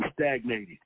stagnated